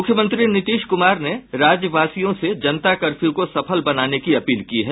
मुख्यमंत्री नीतीश कुमार ने राज्यवासियों से जनता कर्फ्यू को सफल बनाने की अपील की है